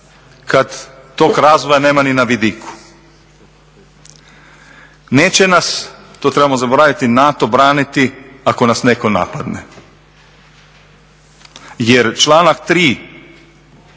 kada tog razvoja nema ni na vidiku. Neće nas, to trebamo zaboraviti NATO braniti ako nas netko napadne. Jer članak 3.